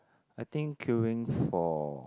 I think queuing for